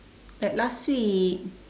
like last week